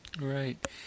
Right